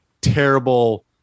terrible